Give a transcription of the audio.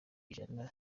ijana